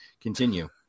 Continue